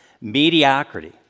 mediocrity